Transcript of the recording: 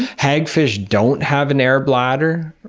hagfish don't have an air bladder,